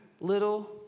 little